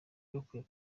bakwiye